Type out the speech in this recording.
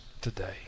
today